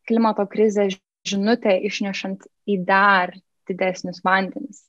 klimato krizė žinutę išnešant į dar didesnius vandenis